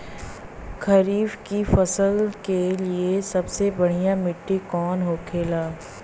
खरीफ की फसल के लिए सबसे बढ़ियां मिट्टी कवन होखेला?